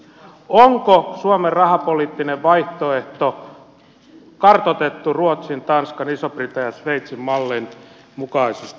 onko suomen rahapoliittinen vaihtoehto kartoitettu ruotsin tanskan ison britannian ja sveitsin mallin mukaisesti seuraten